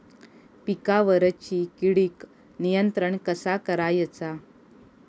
पिकावरची किडीक नियंत्रण कसा करायचा?